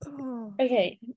okay